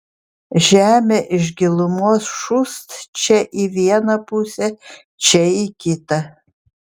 žemė iš gilumos šūst čia į vieną pusę čia į kitą